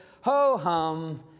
ho-hum